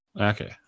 Okay